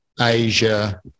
Asia